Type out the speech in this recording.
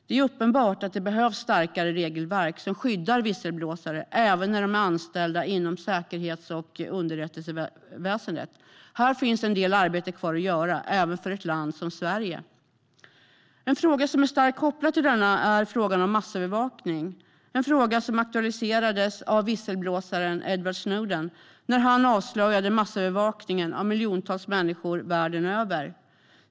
Det är uppenbart att det behövs starkare regelverk som skyddar visselblåsare, även när de är anställda inom säkerhets och underrättelseväsendet. Här finns en del arbete kvar att göra, även för ett land som Sverige. En fråga som är starkt kopplad till detta är den om massövervakning. Frågan aktualiserades av visselblåsaren Edward Snowden när han avslöjade massövervakningen av miljontals människor världen över.